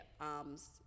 arms